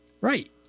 Right